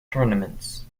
tournaments